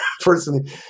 personally